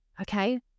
Okay